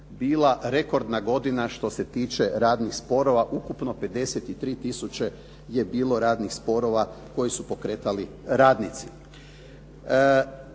bila rekordna godina što se tiče radnih sporova, ukupno 53 tisuće je bilo radnih sporova koje su pokretali radnici.